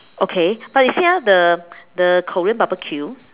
okay but you see ah the the Korean barbecue